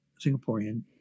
Singaporean